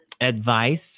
advice